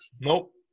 Nope